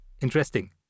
Interesting